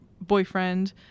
boyfriend